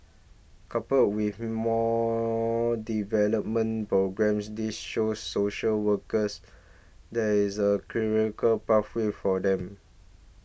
coupled with more development programmes this shows social workers there is a pathway for them